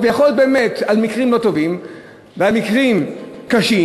ויכולים להיות באמת מקרים לא טובים ומקרים קשים.